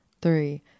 three